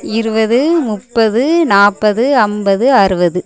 இருபது முப்பது நாற்பது ஐம்பது அறுபது